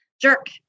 jerk